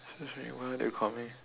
excuse me when are they coming